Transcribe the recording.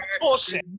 Bullshit